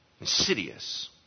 insidious